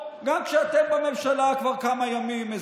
גם כשאתם בממשלה כבר כמה ימים,